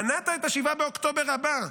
מנעת את 7 באוקטובר הבא,